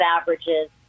averages